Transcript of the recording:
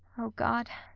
o god,